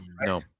no